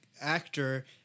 actor